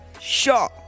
sure